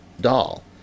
doll